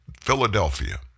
Philadelphia